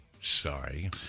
Sorry